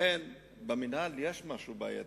לכן, במינהל יש משהו בעייתי,